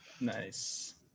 Nice